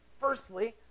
firstly